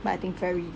but I think very